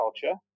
culture